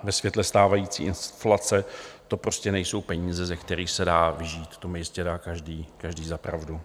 Ve světle stávající inflace to prostě nejsou peníze, ze kterých se dá žít, to mi jistě dá každý za pravdu.